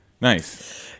Nice